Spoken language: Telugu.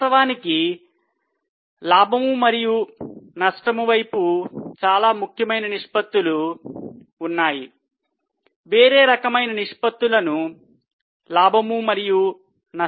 వాస్తవానికి P మరియు L వైపు చాలా ముఖ్యమైన నిష్పత్తులు ఉన్నాయి వేరే రకమైన నిష్పత్తులను P మరియు L లలో లెక్కించవచ్చు